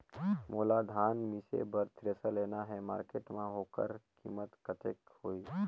मोला धान मिसे बर थ्रेसर लेना हे मार्केट मां होकर कीमत कतेक होही?